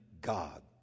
God